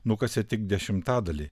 nukasė tik dešimtadalį